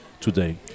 today